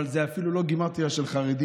אבל זה אפילו לא גימטרייה של "חרדים".